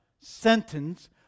sentence